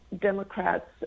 Democrats